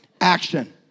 action